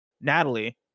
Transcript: Natalie